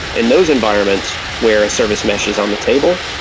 in those environments where a service mesh is on the table,